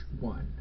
one